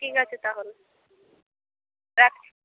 ঠিক আছে তাহলে রাখছি